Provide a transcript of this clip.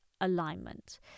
alignment